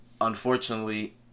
unfortunately